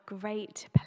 great